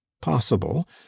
possible